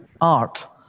art